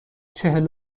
چهل